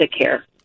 care